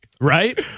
Right